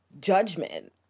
judgment